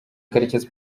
karekezi